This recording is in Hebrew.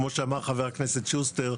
כמו שאמר חבר הכנסת שוסטר,